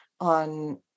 on